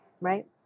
Right